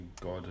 God